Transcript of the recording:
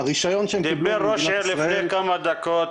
דיבר ראש עיר לפני כמה דקות,